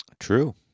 true